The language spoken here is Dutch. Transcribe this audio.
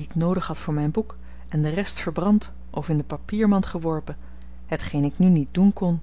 ik noodig had voor myn boek en de rest verbrand of in de papiermand geworpen hetgeen ik nu niet doen kon